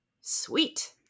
sweet